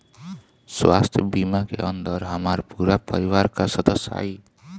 स्वास्थ्य बीमा के अंदर हमार पूरा परिवार का सदस्य आई?